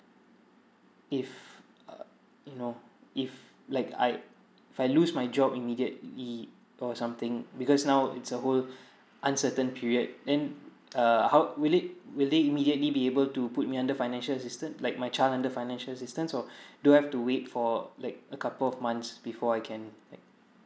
if uh you know if like I'd if I lose my job immediately or something because now it's a whole uncertain period then err how will it will they immediately be able to put me under financial assistant like my child under financial assistance or do I have to wait for like a couple of months before I can